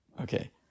okay